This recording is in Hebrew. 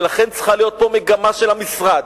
לכן צריכה להיות פה מגמה של המשרד,